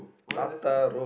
what does it say